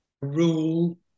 rule